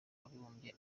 w’abibumbye